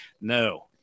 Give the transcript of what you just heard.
no